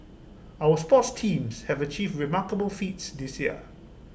our sports teams have achieved remarkable feats this year